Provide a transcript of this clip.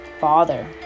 father